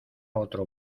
otro